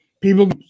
People